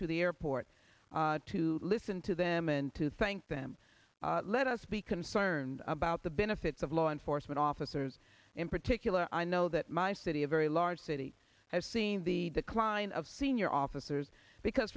through the airport to listen to them and to thank them let us be concerned about the benefits of law enforcement officers in particular i know that my city a very large city has seen the decline of senior officers because